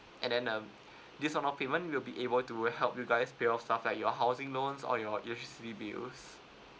and then um this amount of payment will be able to help you guys pay off stuff like your housing loans or your electricity bills